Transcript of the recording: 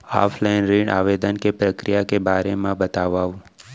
Offline ऋण आवेदन के प्रक्रिया के बारे म बतावव?